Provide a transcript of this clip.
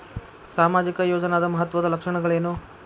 ಸಾಮಾಜಿಕ ಯೋಜನಾದ ಮಹತ್ವದ್ದ ಲಕ್ಷಣಗಳೇನು?